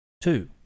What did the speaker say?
two